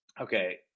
Okay